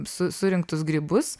su surinktus grybus